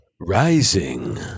Rising